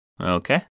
Okay